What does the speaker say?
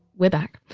we're back.